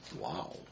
Wow